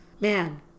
man